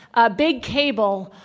ah big cable,